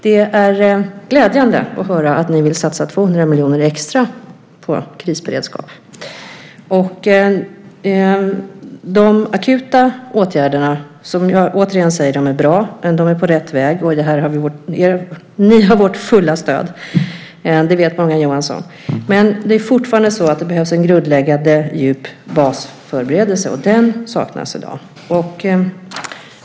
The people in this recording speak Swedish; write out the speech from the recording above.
Det är glädjande att höra att ni vill satsa 200 miljoner extra på krisberedskap. De akuta åtgärderna är, jag säger det åter, bra, Ni är på rätt väg. Ni har vårt fulla stöd, och det vet Morgan Johansson. Men det behövs fortfarande en grundläggande djup basförberedelse, för den saknas i dag.